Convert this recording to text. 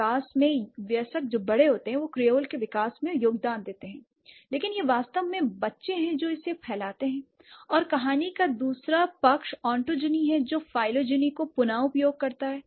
वयस्क क्रेओल के विकास में योगदान देते हैं लेकिन यह वास्तव में बच्चे हैं जो इसे फैलाते हैं और कहानी का दूसरा पक्ष ओटोजिनी है जो फाइटोलैनी का पुन उपयोग करता है